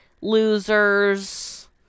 losers